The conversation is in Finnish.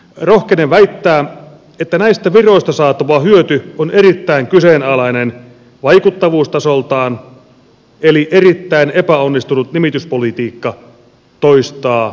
rohkenen väittää että näistä viroista saatava hyöty on erittäin kyseenalainen vaikuttavuustasoltaan eli erittäin epäonnistunut nimityspolitiikka toistaa itseään